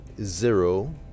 zero